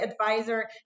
advisor